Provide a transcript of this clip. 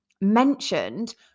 mentioned